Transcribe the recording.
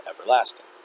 everlasting